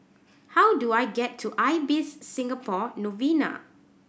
how do I get to Ibis Singapore Novena